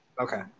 Okay